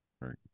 Right